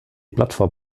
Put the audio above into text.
plattform